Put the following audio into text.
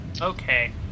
Okay